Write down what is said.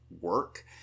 work